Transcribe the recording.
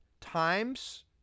times